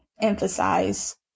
emphasize